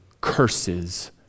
curses